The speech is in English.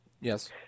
Yes